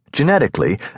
Genetically